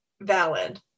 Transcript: valid